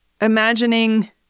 imagining